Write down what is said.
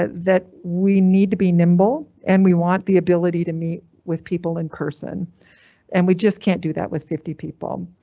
that that we need to be nimble an and we want the ability to meet with people in person and we just can't do that with fifty people.